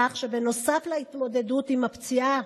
כך, בנוסף להתמודדות עם הפציעה